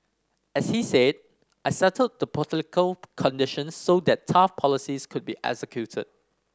as he said I settled the political conditions so that tough policies could be executed